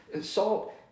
salt